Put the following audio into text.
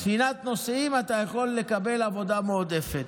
בספינת נוסעים אתה יכול לקבל עבודה מועדפת,